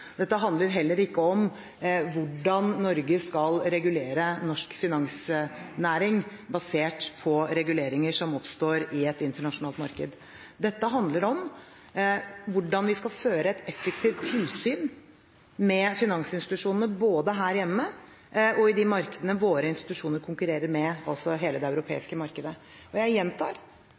Dette handler heller ikke om hvordan Norge skal regulere norsk finansnæring basert på reguleringer som oppstår i et internasjonalt marked. Dette handler om hvordan vi skal føre et effektivt tilsyn med finansinstitusjonene både her hjemme og i de markedene våre institusjoner konkurrerer med, altså hele det europeiske markedet. Jeg gjentar: